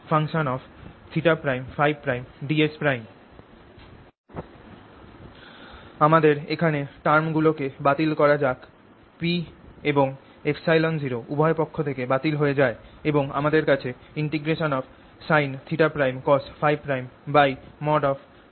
ds আবার এখানে term গুলো কে বাতিল করা যাক P এবং ε0 উভয় পক্ষ থেকে বাতিল হয়ে যায় এবং আমাদের কাছে sinθ' cosՓ'